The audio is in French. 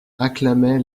acclamait